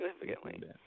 significantly